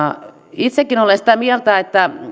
itsekin olen sitä mieltä että